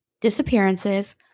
disappearances